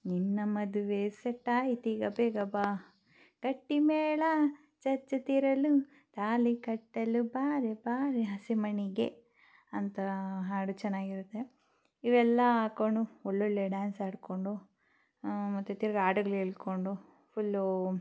ನಿನ್ನ ಮದುವೆ ಸೆಟ್ಟಾಯಿತೀಗ ಬೇಗ ಬಾ ಗಟ್ಟಿಮೇಳ ಚಚ್ಚುತ್ತಿರಲು ತಾಳಿ ಕಟ್ಟಲು ಬಾರೆ ಬಾರೆ ಹಸೆಮಣೆಗೆ ಅಂತ ಹಾಡು ಚೆನ್ನಾಗಿರತ್ತೆ ಇವೆಲ್ಲ ಹಾಕೊಂಡು ಒಳ್ಳೊಳ್ಳೆಯ ಡಾನ್ಸ್ ಆಡಿಕೊಂಡು ಮತ್ತು ತಿರ್ಗಿ ಹಾಡುಗ್ಳ್ ಹೇಳ್ಕೊಂಡು ಫುಲ್ಲು